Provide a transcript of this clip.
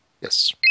Yes